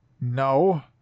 No